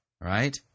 right